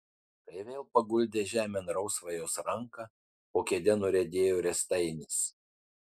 kai vėl paguldė žemėn rausvą jos ranką po kėde nuriedėjo riestainis